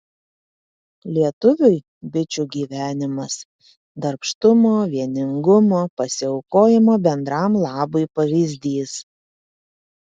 lietuviui bičių gyvenimas darbštumo vieningumo pasiaukojimo bendram labui pavyzdys